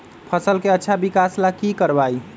फसल के अच्छा विकास ला की करवाई?